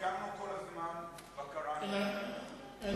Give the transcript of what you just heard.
וקיימנו כל הזמן בקרה על הדברים האלה.